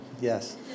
Yes